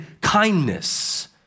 kindness